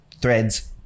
Threads